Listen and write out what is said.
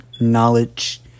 knowledge